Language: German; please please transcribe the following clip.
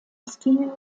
stil